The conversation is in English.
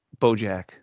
Bojack